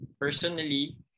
personally